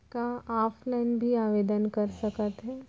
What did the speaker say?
का ऑफलाइन भी आवदेन कर सकत हे?